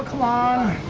long